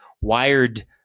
wired